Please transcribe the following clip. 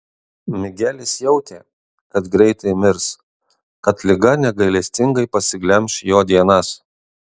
migelis jautė kad greitai mirs kad liga negailestingai pasiglemš jo dienas